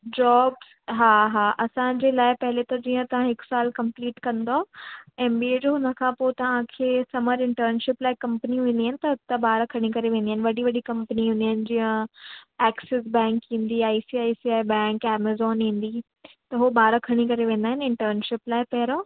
jobs हा हा असांजे लाइ त पहिले जीअं तव्हां हिकु साल कंपलीट कंदव एम बी ए जो उन खां पोइ तव्हांखे समर इंटर्नशिप लाइ कंपनियूं ईंदियूं आहिनि त हितां ॿार खणी करे वेंदियूं आइन वॾी वॾी कंपनियूं ईंदियूं आइन जीअं एक्सिस बैंक ईंदी I C I C I Bank Amazon ईंदी हो ॿार खणी करे वेंदा आहिनि इंटर्नशिप लाइ पहिरियों